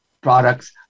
products